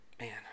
man